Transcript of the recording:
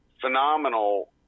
phenomenal